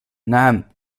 نعم